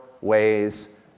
ways